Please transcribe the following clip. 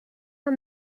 are